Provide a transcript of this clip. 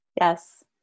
Yes